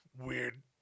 weird